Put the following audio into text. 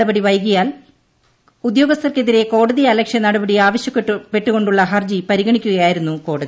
നടപടി വൈകിയതിനാൽ ഉദ്യോഗസ്ഥർക്കെതിരെ കോടതിയലക്ഷ്യ ആവശ്യപ്പെട്ടുക്കൊണ്ടുള്ള നടപടി ഹർജി പരിഗണിക്കുകയായിരുന്നു കോട്ടതി